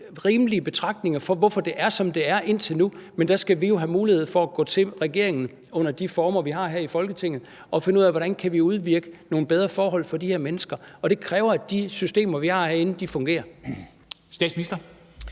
rimelige betragtninger for, hvorfor det er, som det er, indtil nu. Men der skal vi jo have mulighed for at gå til regeringen under de former, vi har her i Folketinget, og finde ud af, hvordan vi kan udvirke nogle bedre forhold for de her mennesker, og det kræver, at de systemer, vi har herinde, fungerer. Kl.